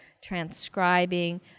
transcribing